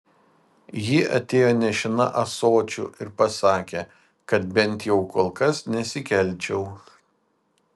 ji atėjo nešina ąsočiu ir pasakė kad bent jau kol kas nesikelčiau